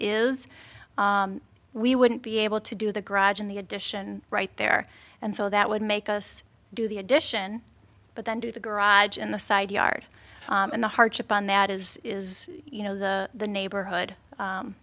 is we wouldn't be able to do the garage in the addition right there and so that would make us do the addition but then do the garage and the side yard and the hardship on that is is you know the neighborhood